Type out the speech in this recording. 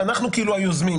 ואנחנו כאילו היוזמים.